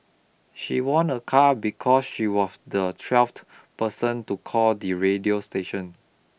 she won a car because she was the twelfth person to call the radio station